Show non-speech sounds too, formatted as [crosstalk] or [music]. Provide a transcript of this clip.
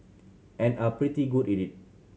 and are pretty good [unintelligible] it